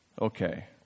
Okay